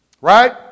Right